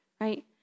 right